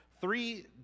Three